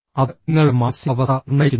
അത് നിങ്ങളുടെ മാനസികാവസ്ഥ നിർണ്ണയിക്കുന്നു